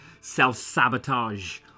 self-sabotage